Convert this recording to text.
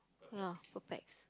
ya per pax